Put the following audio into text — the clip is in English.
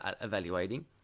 evaluating